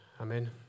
amen